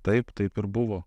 taip taip ir buvo